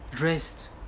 rest